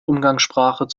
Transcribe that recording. umgangssprache